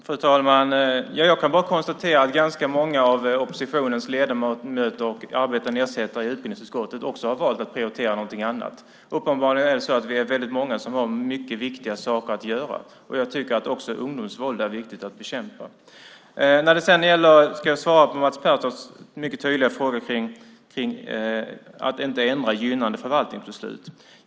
Fru talman! Jag kan bara konstatera att ganska många av oppositionens ledamöter och arbetande ersättare i utbildningsutskottet också har valt att prioritera någonting annat. Uppenbarligen är det väldigt många av oss som har mycket viktiga saker att göra, och jag tycker att också ungdomsvåld är viktigt att bekämpa. Jag ska svara på Mats Pertofts mycket tydliga frågor kring att inte ändra gynnande förvaltningsbeslut.